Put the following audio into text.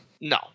No